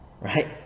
right